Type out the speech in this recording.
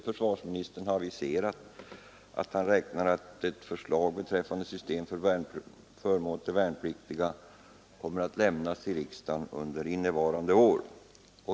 Försvarsministern har också meddelat att han räknar med att ett förslag beträffande systemet med förmåner till de värnpliktiga kommer att avlämnas till riksdagen under innevarande år.